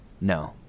no